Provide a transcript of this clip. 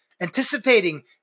anticipating